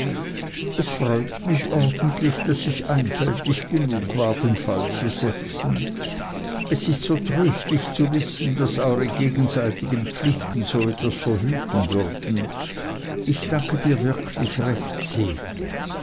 es freut mich ordentlich daß ich einfältig genug war den fall zu setzen es ist so tröstlich zu wissen daß eure gegenseitigen pflichten so etwas verhüten würden ich danke dir wirklich recht sehr